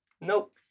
nope